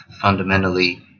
fundamentally